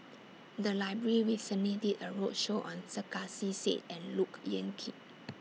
The Library recently did A roadshow on Sarkasi Said and Look Yan Kit